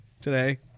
today